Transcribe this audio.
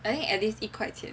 is it I think at least 一块钱